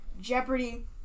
Jeopardy